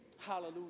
Hallelujah